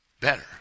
better